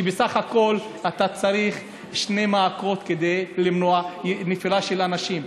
כשבסך הכול אתה צריך שני מעקות כדי למנוע נפילה של אנשים,